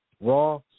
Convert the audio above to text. Raw